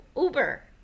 Uber